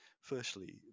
Firstly